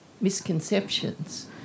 misconceptions